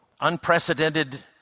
Unprecedented